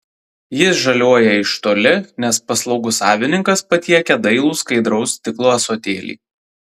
jis žaliuoja iš toli nes paslaugus savininkas patiekia dailų skaidraus stiklo ąsotėlį